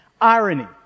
Irony